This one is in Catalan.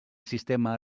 sistema